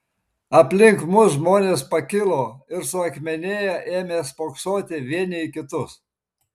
aplink mus žmonės pakilo ir suakmenėję ėmė spoksoti vieni į kitus